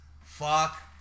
Fuck